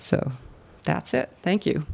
so that's it thank you